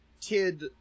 Tid